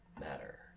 matter